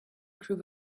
group